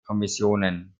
kommissionen